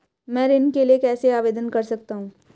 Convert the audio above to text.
मैं ऋण के लिए कैसे आवेदन कर सकता हूं?